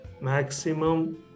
maximum